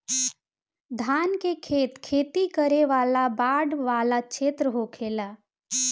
धान के खेत खेती करे वाला बाढ़ वाला क्षेत्र होखेला